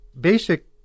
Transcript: basic